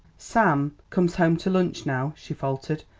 sam comes home to lunch now, she faltered.